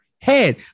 head